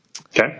Okay